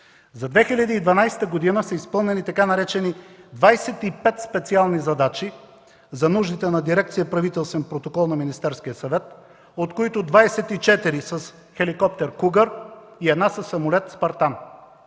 за 2012 г. са изпълнени така наречените „25 специални задачи” за нуждите на дирекция „Правителствен протокол” на Министерския съвет, от които 24 – с хеликоптер „Кугър”, и една със самолет „Спартан”,